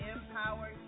Empower